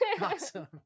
Awesome